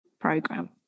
program